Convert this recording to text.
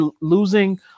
losing